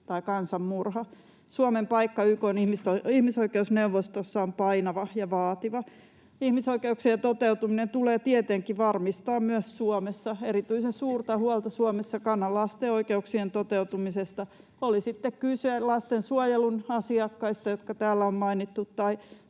tai kansanmurha. Suomen paikka YK:n ihmisoikeusneuvostossa on painava ja vaativa. Ihmisoikeuksien toteutuminen tulee tietenkin varmistaa myös Suomessa. Erityisen suurta huolta Suomessa kannan lasten oikeuksien toteutumisesta, oli sitten kyse lastensuojelun asiakkaista, jotka täällä on mainittu,